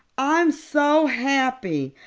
i'm so happy.